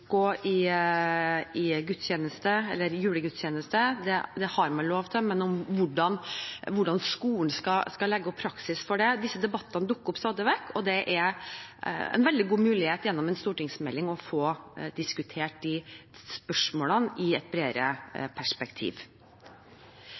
julegudstjeneste – det har man lov til, men hvordan skolen skal legge opp praksis for det. Disse debattene dukker opp stadig vekk, og det er en veldig god mulighet gjennom en stortingsmelding til å få diskutert disse spørsmålene i et bredere